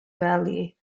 valley